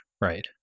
right